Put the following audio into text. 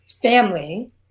family